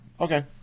okay